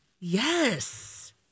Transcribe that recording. Yes